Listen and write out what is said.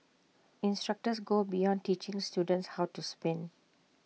instructors go beyond teaching students how to spin